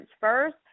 first